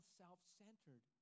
self-centered